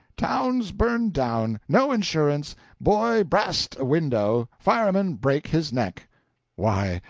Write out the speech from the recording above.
town burned down no insurance boy brast a window, fireman brake his neck why,